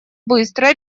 быстро